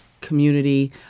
community